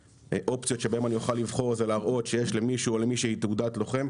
מהאופציות שבהן אני אוכל לבחור זה להראות שיש למישהו או למישהי תעודת לוחם,